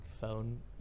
phone